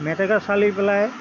মেটেকা চালি পেলাই